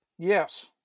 Yes